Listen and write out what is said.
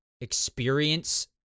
experience